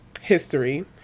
history